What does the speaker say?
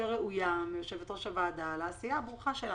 ראויה מיושבת-ראש הוועדה על העשייה הברוכה שלה.